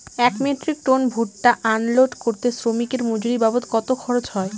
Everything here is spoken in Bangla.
এক মেট্রিক টন ভুট্টা আনলোড করতে শ্রমিকের মজুরি বাবদ কত খরচ হয়?